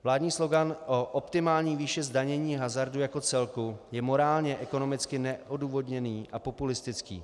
Vládní slogan o optimální výši zdanění hazardu jako celku je morálně a ekonomicky neodůvodněný a populistický.